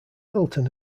hilton